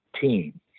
team